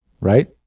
right